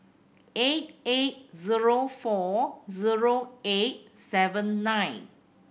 eight eight zero four zero eight seven nine